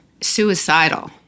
suicidal